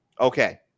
Okay